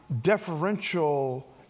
deferential